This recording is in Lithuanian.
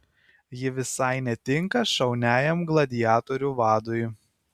ji visai netinka šauniajam gladiatorių vadui